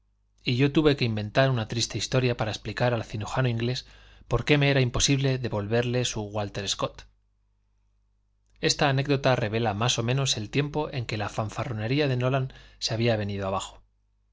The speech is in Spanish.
y yo tuve que inventar una triste historia para explicar al cirujano inglés por qué me era imposible devolverle su wálter scott esta anécdota revela más o menos el tiempo en que la fanfarronería de nolan se había venido abajo